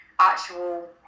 actual